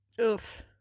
Oof